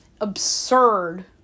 absurd